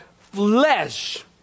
flesh